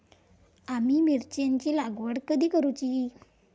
आम्ही मिरचेंची लागवड कधी करूची?